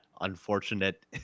unfortunate